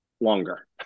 longer